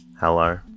Hello